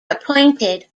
appointed